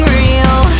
real